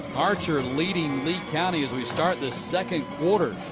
archer leading lee county as we start the second quarter.